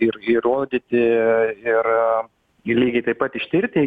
ir įrodyti ir ir lygiai taip pat ištirti